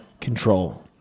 control